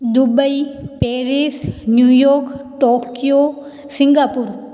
Dubai Paris New York Tokyo Singapore